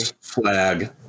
flag